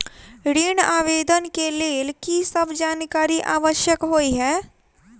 ऋण आवेदन केँ लेल की सब जानकारी आवश्यक होइ है?